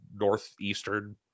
northeastern